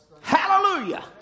Hallelujah